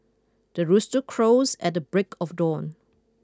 the rooster crows at the break of dawn